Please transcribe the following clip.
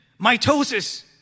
mitosis